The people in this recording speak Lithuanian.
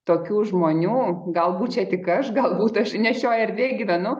tokių žmonių galbūt čia tik aš galbūt aš ne šioj erdvėj gyvenu